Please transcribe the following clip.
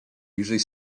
usually